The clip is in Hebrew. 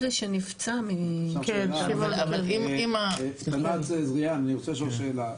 אני רוצה לשאול שאלה.